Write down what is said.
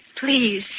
Please